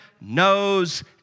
knows